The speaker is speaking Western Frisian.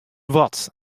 wat